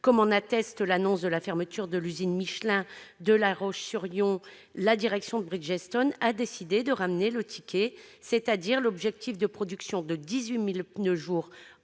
comme en atteste l'annonce de la fermeture de l'usine Michelin de La Roche-sur-Yon, la direction de Bridgestone a décidé de ramener le « ticket », c'est-à-dire l'objectif de production, de 18 000 pneus par jour en